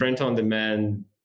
Print-on-demand